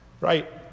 right